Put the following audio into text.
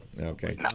Okay